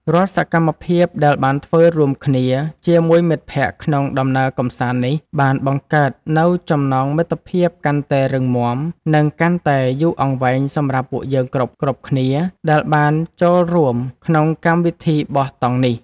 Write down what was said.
រាល់សកម្មភាពដែលបានធ្វើរួមគ្នាជាមួយមិត្តភក្តិក្នុងដំណើរកម្សាន្តនេះបានបង្កើតនូវចំណងមិត្តភាពកាន់តែរឹងមាំ និង កាន់តែយូរអង្វែងសម្រាប់ពួកយើងគ្រប់ៗគ្នាដែលបានចូលរួមក្នុងកម្មវិធីបោះតង់នេះ។